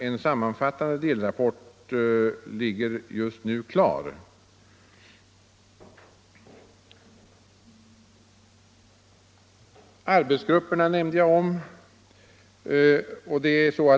En sammanfattande delrapport ligger just nu klar. Arbetsgrupperna nämnde jag om.